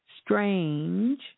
strange